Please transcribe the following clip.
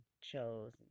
chose